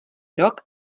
rok